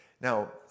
Now